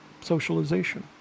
socialization